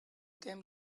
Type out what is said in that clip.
came